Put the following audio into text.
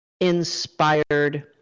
inspired